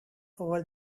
over